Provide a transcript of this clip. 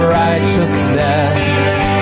righteousness